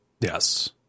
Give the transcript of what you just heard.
Yes